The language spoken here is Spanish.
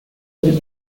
del